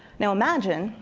now imagine,